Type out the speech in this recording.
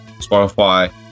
Spotify